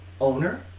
owner